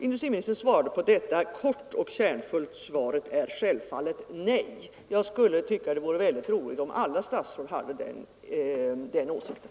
Industriministern sva rade kort och kärnfullt: ”Svaret är självfallet nej.” Jag skulle tycka att det vore bra om alla statsråd hade den åsikten.